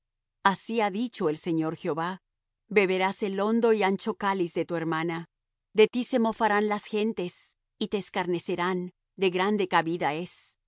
así ha dicho el señor jehová beberás el hondo y ancho cáliz de tu hermana de ti se mofarán las gentes y te escarnecerán de grande cabida es